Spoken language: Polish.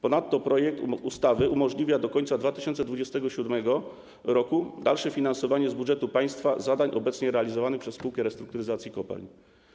Ponadto projekt ustawy umożliwia w okresie do końca 2027 r. dalsze finansowanie z budżetu państwa zadań obecnie realizowanych przez Spółkę Restrukturyzacji Kopalń.